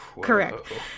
Correct